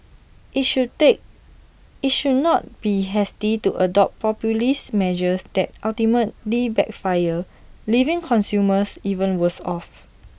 IT should that IT should not be hasty to adopt populist measures that ultimately backfire leaving consumers even worse off